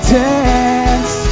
dance